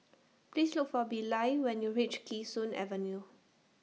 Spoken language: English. Please Look For Bilal when YOU REACH Kee Sun Avenue